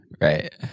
Right